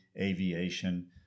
aviation